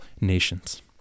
nations